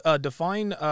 define